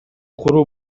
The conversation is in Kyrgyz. куруу